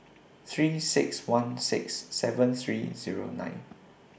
three six one six seven three Zero nine